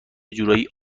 جورایی